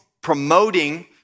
promoting